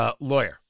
lawyer